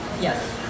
yes